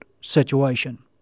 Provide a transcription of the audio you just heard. situation